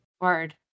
Word